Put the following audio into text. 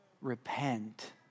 repent